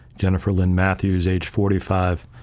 jennifer lynn matthews, age forty five,